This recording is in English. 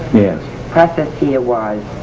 process here was,